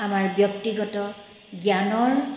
আমাৰ ব্যক্তিগত জ্ঞানৰ